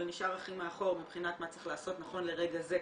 נשאר הכי מאחור מבחינת מה צריך לעשות נכון לרגע זה,